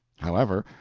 however,